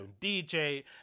DJ